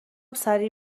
سریع